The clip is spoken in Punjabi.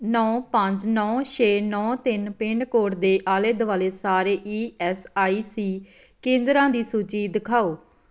ਨੌ ਪੰਜ ਨੌ ਛੇ ਨੌ ਤਿੰਨ ਪਿੰਨਕੋਡ ਦੇ ਆਲੇ ਦੁਆਲੇ ਸਾਰੇ ਈ ਐੱਸ ਆਈ ਸੀ ਕੇਂਦਰਾਂ ਦੀ ਸੂਚੀ ਦਿਖਾਓ